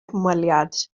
hymweliad